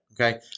Okay